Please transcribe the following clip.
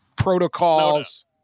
protocols